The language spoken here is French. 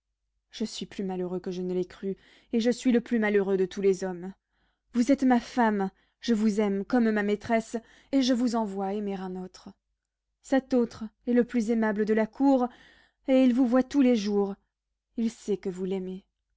je suis plus malheureux que je ne l'ai cru et je suis le plus malheureux de tous les hommes vous êtes ma femme je vous aime comme ma maîtresse et je vous en vois aimer un autre cet autre est le plus aimable de la cour et il vous voit tous les jours il sait que vous l'aimez